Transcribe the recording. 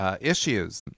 Issues